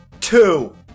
Two